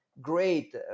great